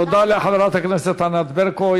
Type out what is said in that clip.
תודה לחברת הכנסת ענת ברקו.